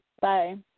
Bye